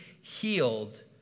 healed